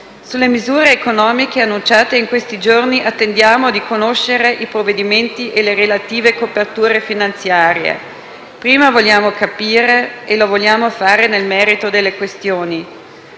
Sulle misure economiche enunciate in questi giorni, attendiamo di conoscere i provvedimenti e le relative coperture finanziarie. Prima vogliamo capire, e lo vogliamo fare nel merito delle questioni.